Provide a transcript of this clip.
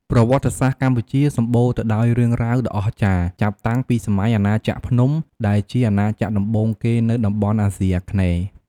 ប្រវត្តិសាស្ត្រកម្ពុជាសម្បូរទៅដោយរឿងរ៉ាវដ៏អស្ចារ្យចាប់តាំងពីសម័យអាណាចក្រភ្នំ ដែលជាអាណាចក្រដំបូងគេនៅតំបន់អាស៊ីអាគ្នេយ៍។